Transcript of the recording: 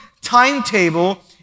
timetable